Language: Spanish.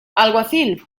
alguacil